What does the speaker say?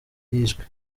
yishwe